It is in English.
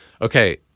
Okay